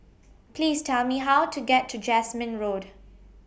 Please Tell Me How to get to Jasmine Road